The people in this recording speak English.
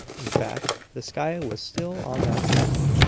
in fact, the sky was still on that side.